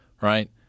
right